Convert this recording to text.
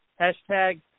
Hashtag